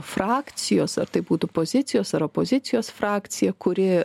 frakcijos ar tai būtų pozicijos ar opozicijos frakcija kuri